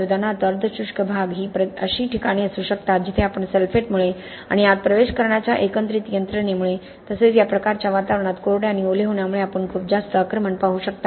उदाहरणार्थ अर्ध शुष्क प्रदेश ही अशी ठिकाणे असू शकतात जिथे आपण सल्फेटमुळे आणि आत प्रवेश करण्याच्या एकत्रित यंत्रणेमुळे तसेच या प्रकारच्या वातावरणात कोरडे आणि ओले होण्यामुळे आपण खूप जास्त आक्रमण पाहू शकता